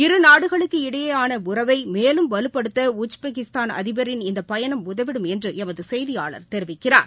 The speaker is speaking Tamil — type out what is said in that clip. இரு நாடுகளுக்கு இடையேயான உறவை மேலும் வலுப்படுத்த உஜ்பெக்கிஸ்தான் அதிபரின் இந்த பயணம் உதவிடும் என்று எமது செய்தியாளர் தெரிவிக்கிறார்